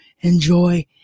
enjoy